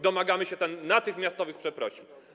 Domagamy się natychmiastowych przeprosin.